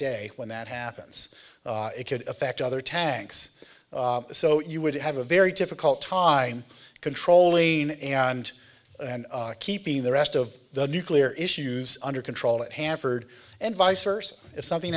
day when that happens it could affect other tanks so you would have a very difficult time controlling and keeping the rest of the nuclear issues under control at hanford and vice versa if something